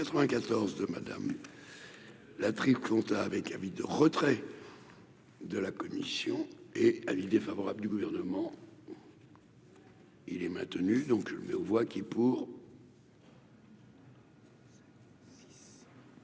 194 de madame la triple compta avec avis de retrait. De la commission et avis défavorable du gouvernement. Il est maintenu, donc je mets aux voix qui pour.